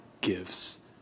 gives